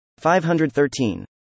513